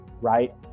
right